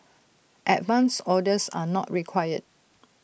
advance orders are not required